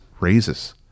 raises